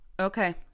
Okay